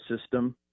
system